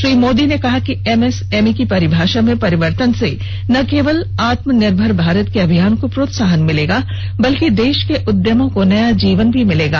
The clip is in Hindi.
श्री मोदी ने कहा कि एमएसएमई की परिभाषा में परिवर्तन से न केवल आत्मनिर्भर भारत के अभियान को प्रोत्साहन मिलेगा बल्कि देश के उद्यमों को नया जीवन भी मिलेगा